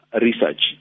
research